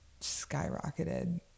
skyrocketed